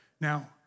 Now